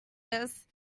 this